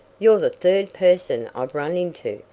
you're the third person i've run into,